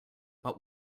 but